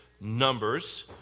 Numbers